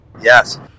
yes